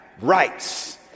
rights